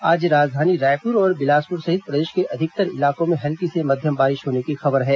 आज राजधानी रायपुर और बिलासपुर सहित प्रदेश के अधिकतर इलाकों में हल्की से मध्यम बारिश होने की खबर है